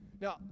Now